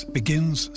begins